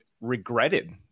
regretted